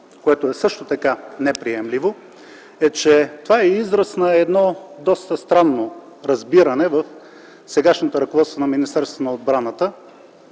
което е също така неприемливо, е, че това е израз на едно доста странно разбиране в сегашното ръководство на Министерството на отбраната